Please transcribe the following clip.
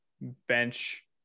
bench